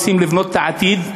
רוצים לבנות את העתיד,